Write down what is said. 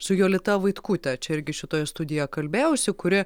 su jolita vaitkute čia irgi šitoje studijoje kalbėjausi kuri